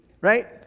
right